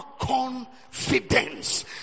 confidence